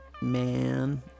man